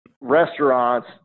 restaurants